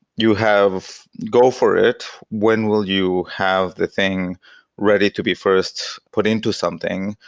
you have go for it. when will you have the thing ready to be first put into something?